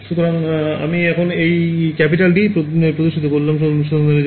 সুতরাং আমি এখানে এই capital D প্রদর্শিত করলাম অনুসন্ধানের জন্য